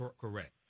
Correct